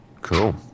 Cool